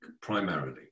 primarily